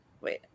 Wait